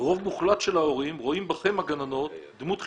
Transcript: רוב מוחלט של ההורים רואים בכן הגננות דמות חינוכית,